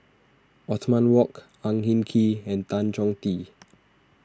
Othman Wok Ang Hin Kee and Tan Chong Tee